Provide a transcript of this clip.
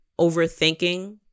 overthinking